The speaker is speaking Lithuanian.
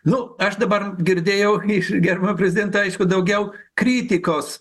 nu aš dabar girdėjau iš gerbiamo prezidento aišku daugiau kritikos